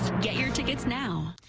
get your tickets now.